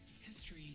History